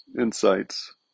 Insights